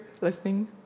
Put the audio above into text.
listening